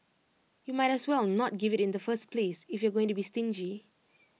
you might as well not give IT in the first place if you're going to be stingy